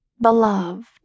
beloved